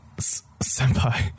Senpai